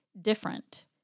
different